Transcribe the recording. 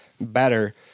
better